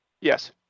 Yes